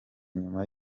nyuma